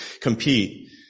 compete